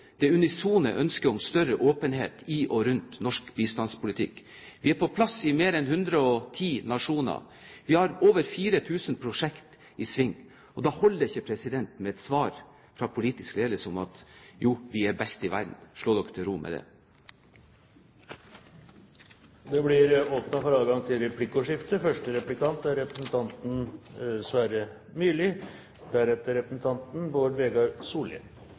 det unisone ønsket om større åpenhet i og rundt norsk bistandspolitikk. Vi er på plass i mer enn 110 nasjoner. Vi har over 4 000 prosjekter i sving. Da holder det ikke med et svar fra politisk ledelse om at jo, vi er best i verden, slå dere til ro med det. Det blir åpnet for